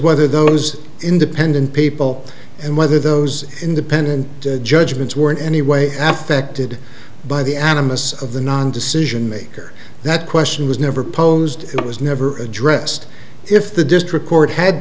whether those independent people and whether those independent judgments were in any way affectation by the animists of the non decision makers that question was never posed it was never addressed if the district court had